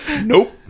Nope